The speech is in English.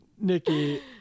Nikki